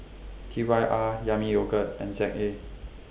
T Y R Yami Yogurt and Z A